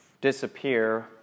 disappear